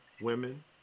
women